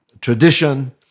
tradition